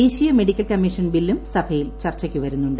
ദേശീയ medical commission ബില്ലും സഭയിൽ ചർച്ചയ്ക്ക് വരുന്നുണ്ട്